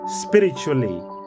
spiritually